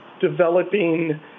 developing